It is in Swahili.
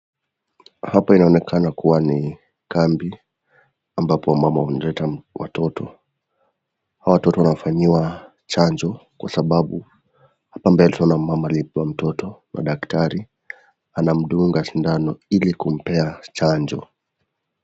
Hapa inaonekana kua ni kambi, ambapo wamama wanaleta watoto. Hawa watoto wanafanyiwa chanjo kwa sababu hapo mbele tunaona mama aliyebeba mtoto na daktari anamdunga sindano ili kumpea chanjo.